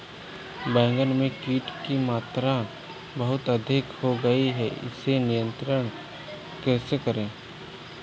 बैगन में कीट की मात्रा बहुत अधिक हो गई है इसे नियंत्रण कैसे करें?